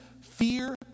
Fear